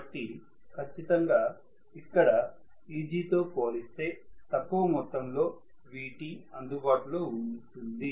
కాబట్టి ఖచ్చితం గా ఇక్కడ Eg తో పోలిస్తే తక్కువ మొత్తం లో Vt అందుబాటులో ఉంటుంది